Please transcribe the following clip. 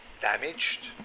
damaged